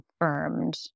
confirmed